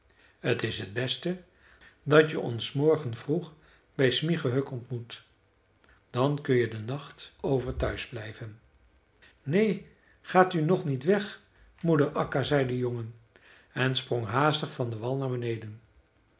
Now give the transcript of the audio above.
t is t beste dat je ons morgen vroeg bij smygehuk ontmoet dan kun je den nacht over thuisblijven neen gaat u nu nog niet weg moeder akka zei de jongen en sprong haastig van den wal naar beneden